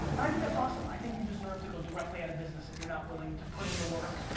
and i think that's awesome. i think you deserve to go directly out of business if you're not willing to put in the work.